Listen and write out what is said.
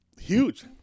Huge